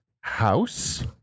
House